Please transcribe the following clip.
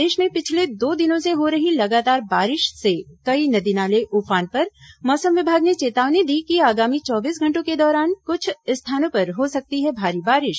प्रदेश में पिछले दो दिनों से हो रही लगातार बारिश से कई नदी नाले उफान पर मौसम विभाग ने चेतावनी दी कि आगामी चौबीस घंटों के दौरान कुछ स्थानों पर हो सकती है भारी बारिश